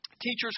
teachers